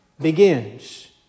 begins